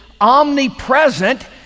omnipresent